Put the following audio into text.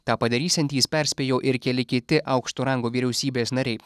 tą padarysiantys perspėjo ir keli kiti aukšto rango vyriausybės nariai